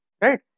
right